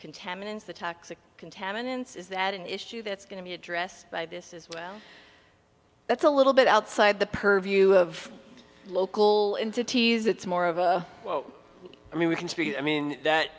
contaminants the toxic contaminants is that an issue that's going to be addressed by this as well that's a little bit outside the purview of local entities it's more of a well i mean we can speak i mean